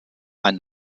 ein